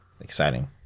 exciting